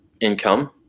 income